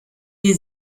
wir